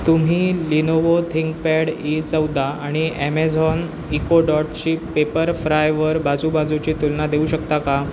तुम्ही Lenovo ThinkPad E चौदा आणि ॲमेझॉन इकोडॉटची पेपरफ्रायवर बाजूबाजूची तुलना देऊ शकता का